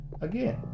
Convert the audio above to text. again